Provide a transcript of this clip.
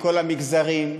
לכל המגזרים,